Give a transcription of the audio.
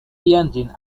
tianjin